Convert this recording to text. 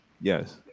yes